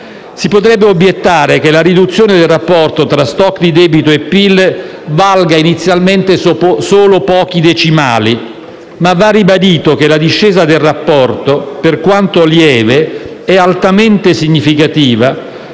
Si potrebbe obiettare che la riduzione del rapporto tra *stock* di debito e PIL valga inizialmente solo pochi decimali. Ma va ribadito che la discesa del rapporto, per quanto lieve, è altamente significativa,